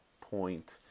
point